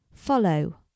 Follow